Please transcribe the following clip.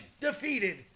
Defeated